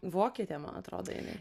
vokietė man atrodo jinai